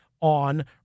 on